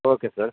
okay sir